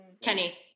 Kenny